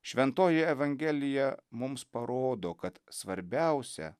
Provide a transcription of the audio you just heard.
šventoji evangelija mums parodo kad svarbiausia